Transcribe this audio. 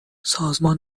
سازمان